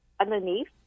underneath